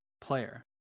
Player